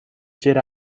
jedi